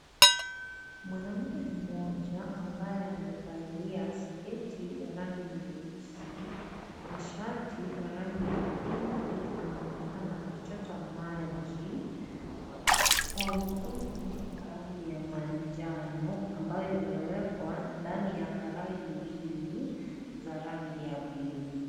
Mwanamke mmoja ambaye amevalia sketi ya rangi nyeusi na shati la rangi ya pinki anaonekana akichota maji kwa mtungi ya rangi ya manjano ambayo imewekwa ndani ya karai mbili za rangi ya buluu.